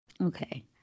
Okay